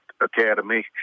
Academy